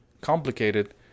complicated